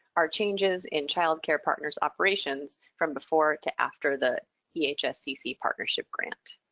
are changes in child care partners' operations from before to after the yeah ehs-cc partnership grant.